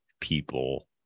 people